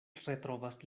retrovas